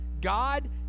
God